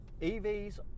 EVs